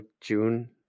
June